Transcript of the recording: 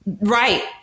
Right